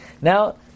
Now